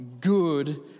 good